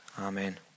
Amen